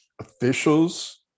officials